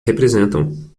representam